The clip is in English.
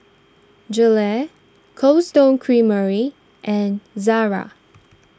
Gelare Cold Stone Creamery and Zara